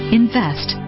invest